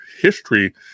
history